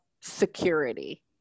security